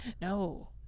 No